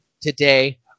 today